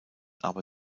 aber